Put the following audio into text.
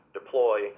deploy